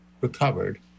recovered